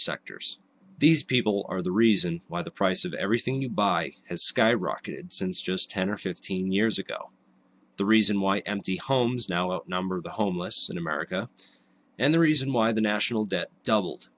sectors these people are the reason why the price of everything you buy has skyrocketed since just ten or fifteen years ago the reason why empty homes now outnumber the homeless in america and the reason why the national debt doubled